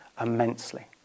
immensely